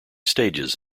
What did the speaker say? stages